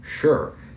sure